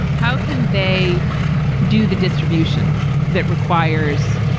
how can they do the distribution that requires,